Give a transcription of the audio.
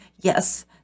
yes